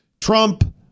Trump